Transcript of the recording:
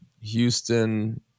Houston